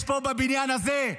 יש פה, בבניין הזה.